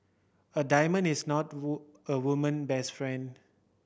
a diamond is not a a woman best friend